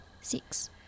Six